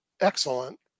excellent